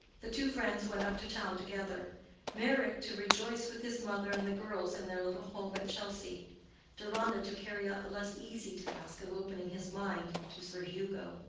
the two friends went up to town together meyrick to rejoice with his mother and the girls in their little home at chelsea deronda to carry out the less easy task of opening his mind to sir hugo.